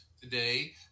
today